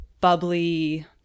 bubbly